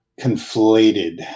conflated